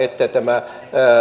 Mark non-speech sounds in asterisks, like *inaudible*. *unintelligible* että tämä